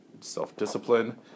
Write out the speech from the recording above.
self-discipline